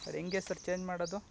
ಅದು ಹೇಗೆ sir change ಮಾಡೋದು